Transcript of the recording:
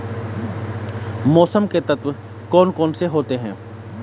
मौसम के तत्व कौन कौन से होते हैं?